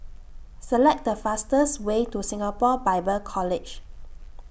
Select The fastest Way to Singapore Bible College